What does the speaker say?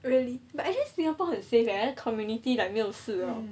really but actually singapore 很 safe eh community like 没有事 lor